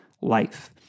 life